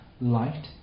light